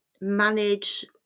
manage